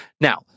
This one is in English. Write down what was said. Now